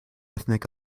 ethnic